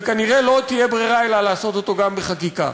וכנראה לא תהיה ברירה אלא לעשות אותו גם בחקיקה.